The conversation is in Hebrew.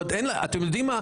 אתם יודעים מה?